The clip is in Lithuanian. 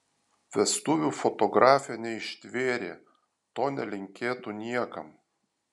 vestuvių fotografė neištvėrė to nelinkėtų niekam